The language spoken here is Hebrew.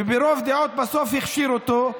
וברוב דעות הוא הכשיר אותו בסוף,